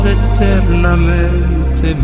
eternamente